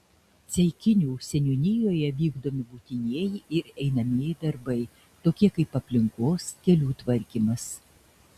ceikinių seniūnijoje vykdomi būtinieji ir einamieji darbai tokie kaip aplinkos kelių tvarkymas